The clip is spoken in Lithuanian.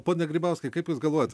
pone grybauskai kaip jūs galvojat